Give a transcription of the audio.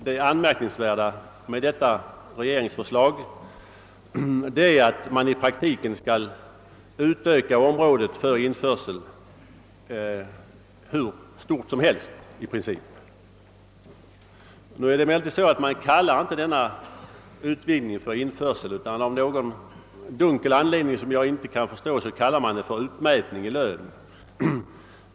Det anmärkningsvärda med regeringsförslaget är att man utvidgar området för införsel och gör det i princip hur stort som helst. Man kallar emellertid detta inte för införsel, utan av någon dunkel anledning benämnes det »utmätning i lön».